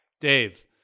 Dave